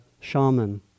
shaman